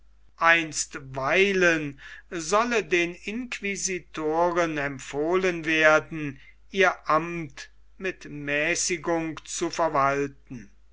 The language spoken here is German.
einstweilen solle den inquisitoren empfohlen werden ihr amt mit mäßigung zu verwalten